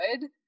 good